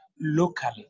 locally